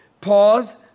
Pause